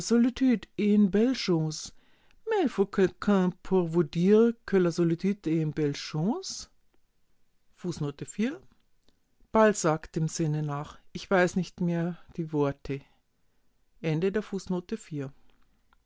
bald sagt dem sinne nach ich weiß nicht mehr die worte